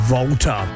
Volta